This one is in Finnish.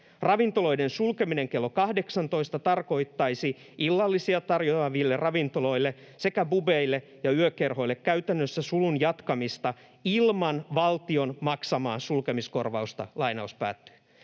Ravintoloiden sulkeminen kello 18 tarkoittaisi illallisia tarjoaville ravintoloille sekä pubeille ja yökerhoille käytännössä sulun jatkamista ilman valtion maksamaan sulkemiskorvausta.” Tätäkö